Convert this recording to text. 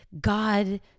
God